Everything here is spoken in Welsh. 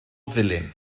ddulyn